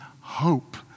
hope